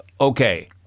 okay